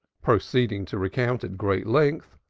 proceeding to recount at great length,